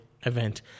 event